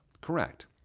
Correct